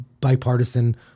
bipartisan